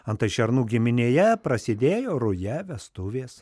antai šernų giminėje prasidėjo ruja vestuvės